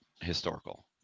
historical